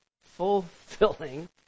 fulfilling